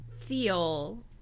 feel